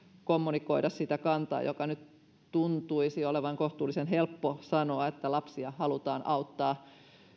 kommunikoida sitä kantaa joka nyt tuntuisi olevan kohtuullisen helppo sanoa että lapsia halutaan auttaa